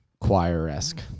choir-esque